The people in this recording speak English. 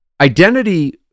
Identity